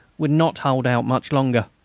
would not hold out much longer.